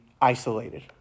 isolated